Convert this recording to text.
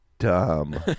Dumb